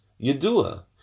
Yedua